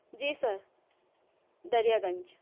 جی sir Darya Ganj